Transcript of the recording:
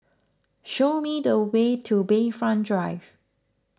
show me the way to Bayfront Drive